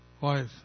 wife